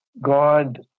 God